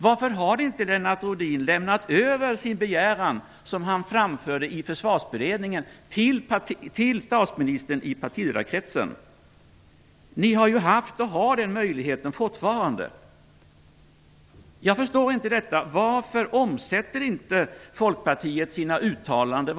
Varför har inte Lennart Rohdin lämnat över sin begäran, som han framförde i Försvarsberedningen, till statsministern i partiledarkretsen? Ni har ju haft och har ju den möjligheten fortfarande. Jag förstår inte varför inte Folkpartiet omsätter sina uttalanden.